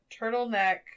turtleneck